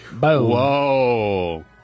Whoa